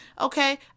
Okay